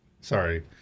Sorry